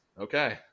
okay